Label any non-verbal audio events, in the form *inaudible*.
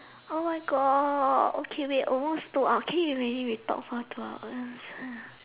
oh my God okay wait almost two hour can you imagine we talk for two hours *breath*